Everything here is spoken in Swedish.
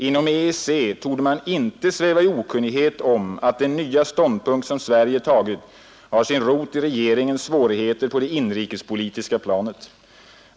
Inom EEC torde man inte sväva i okunnighet om att den nya ståndpunkt, som Sverige tagit, har sin rot i regeringens svårigheter på det inrikespolitiska planet.